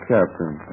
Captain